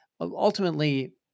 ultimately